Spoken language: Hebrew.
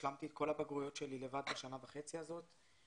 השלמתי את כל הבגרויות שלי לבד בשנה וחצי האלה.